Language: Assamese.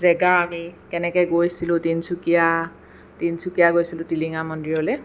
জেগা আমি কেনেকৈ গৈছিলোঁ তিনিচুকীয়া তিনিচুকীয়া গৈছিলোঁ টিলিঙা মন্দিৰলৈ